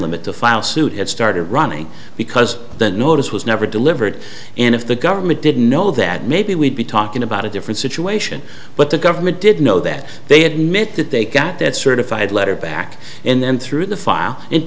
limit to file suit had started running because the notice was never delivered and if the government didn't know that maybe we'd be talking about a different situation but the government did know that they had met that they got that certified letter back and then through the file it